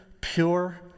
pure